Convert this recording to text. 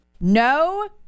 No